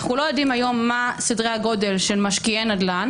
אנחנו לא יודעים היום מה סדר הגודל של משקיעי נדל"ן